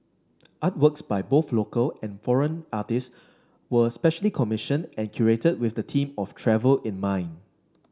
artworks by both local and foreign artists were specially commissioned and curated with the theme of travel in mind